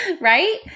right